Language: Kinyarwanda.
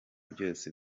byose